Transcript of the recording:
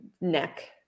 neck